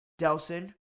Delson